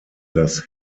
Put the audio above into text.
das